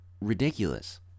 ridiculous